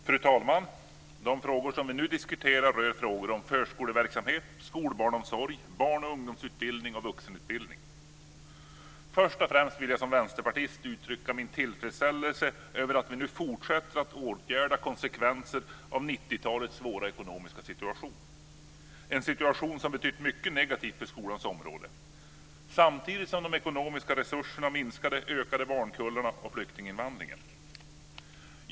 Fru talman! Det vi nu diskuterar rör frågor om förskoleverksamhet, skolbarnsomsorg, barn och ungdomsutbildning och vuxenutbildning. Först och främst vill jag som vänsterpartist uttrycka min tillfredsställelse över att vi nu fortsätter att åtgärda konsekvenserna av 90-talets svåra ekonomiska situation, en situation som betytt mycket negativt på skolans område. Samtidigt som de ekonomiska resurserna minskade ökade barnkullarna och flyktinginvandringen.